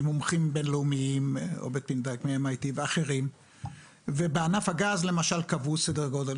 ממומחים בין-לאומיים --- מ-M.I.T ואחרים ובענף הגז למשל קבעו סדר גודל